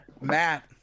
Matt